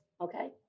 okay